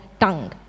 tongue